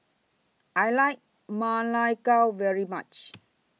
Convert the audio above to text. I like Ma Lai Gao very much